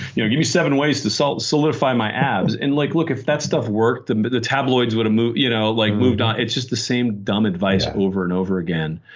you know give me seven ways to sort of solidify my abs. and like look, if that stuff worked and the tabloids would have you know like moved on. it's just the same dumb advice over and over again.